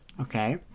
Okay